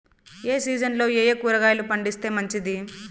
ఏ సీజన్లలో ఏయే కూరగాయలు పండిస్తే మంచిది